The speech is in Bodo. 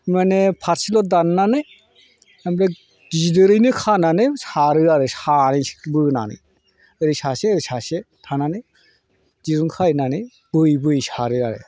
माने फारसेल' दाननानै ओमफ्राय गिदिरैनो खानानै सारो आरो सानैसो बोनानै ओरै सासे ओरै सासे थानानै दिरुं खानानै बोयै बोयै सारो आरो